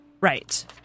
Right